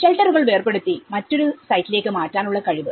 ഷെൽട്ടറുകൾ വേർപ്പെടുത്തി വേറൊരു സൈറ്റിലേക്ക് മാറ്റാനുള്ള കഴിവ്